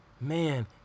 Man